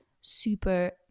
super